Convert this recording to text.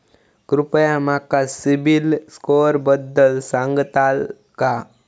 कृपया माका सिबिल स्कोअरबद्दल सांगताल का?